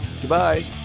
Goodbye